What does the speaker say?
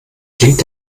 blinkt